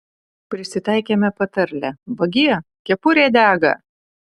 prisitaikėme patarlę vagie kepurė dega